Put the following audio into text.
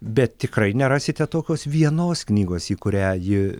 bet tikrai nerasite tokios vienos knygos į kurią ji